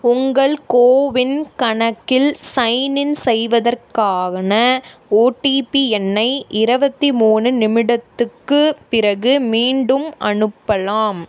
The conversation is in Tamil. உங்கள் கோவின் கணக்கில் சைன்இன் செய்வதற்கான ஓடிபி எண்ணை இருபத்தி மூணு நிமிடத்துக்குப் பிறகு மீண்டும் அனுப்பலாம்